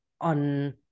on